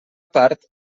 part